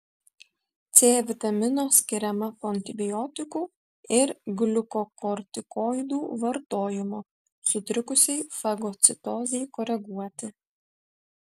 c vitamino skiriama po antibiotikų ir gliukokortikoidų vartojimo sutrikusiai fagocitozei koreguoti